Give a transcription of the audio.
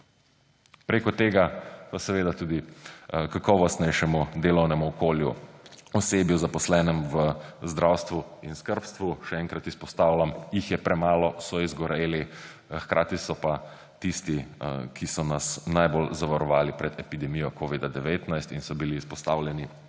Prek tega pa seveda tudi kakovostnejšemu delovnemu okolju, osebju, zaposlenemu v zdravstvu in skrbstvu. Še enkrat izpostavljam, jih je premalo, so izgoreli, hkrati so pa tisti, ki so nas najbolj zavarovali pred epidemijo covida-19 in so bili izpostavljeni